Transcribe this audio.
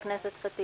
נדחתה.